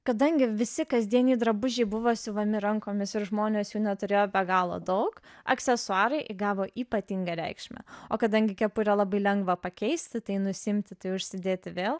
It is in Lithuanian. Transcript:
kadangi visi kasdieniai drabužiai buvo siuvami rankomis ir žmonės jų neturėjo be galo daug aksesuarai įgavo ypatingą reikšmę o kadangi kepurę labai lengva pakeisti tai nusiimti tai užsidėti vėl